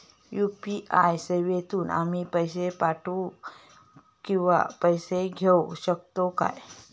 UPI सेवेतून आम्ही पैसे पाठव किंवा पैसे घेऊ शकतू काय?